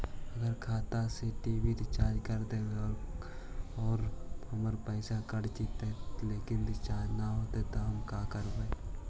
अगर खाता से टी.वी रिचार्ज कर देबै और हमर पैसा कट जितै लेकिन रिचार्ज न होतै तब का करबइ?